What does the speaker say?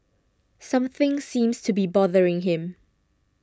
something seems to be bothering him